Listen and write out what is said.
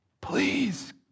please